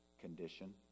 condition